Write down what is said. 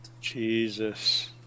Jesus